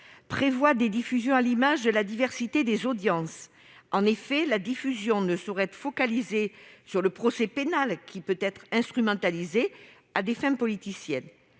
prévoit des diffusions à l'image de la diversité des audiences. En effet, ces diffusions ne sauraient être focalisées sur le seul procès pénal, qui peut être instrumentalisé à des fins politiciennes.